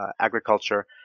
agriculture